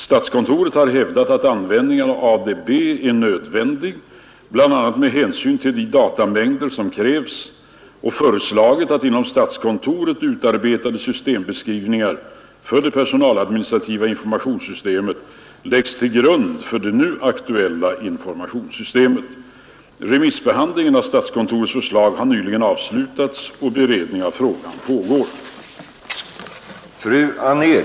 Statskontoret har hävdat att användningen av ADB är nödvändig, bl.a. med hänsyn till de datamängder som krävs, och föreslagit att inom statskontoret utarbetade systembeskrivningar för det personaladministrativa intormationssystemet läggs till grund för det nu aktuella informationssystemet Remisshehandlingen av statskontorets förslag har nyligen avslutats och beredning av frågan pagar